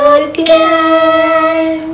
again